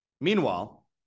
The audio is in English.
Meanwhile